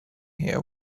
here